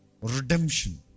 redemption